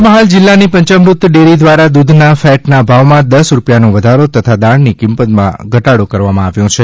પંચમહાલ જિલ્લાની પંચામૃત ડેરી દ્વારા દૂધના ફેટના ભાવમાં દશ રૂપિયાનો વધારો તથા દાણની કિંમતમાં ઘટાડો કરવામાં આવ્યો છે